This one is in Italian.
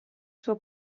suo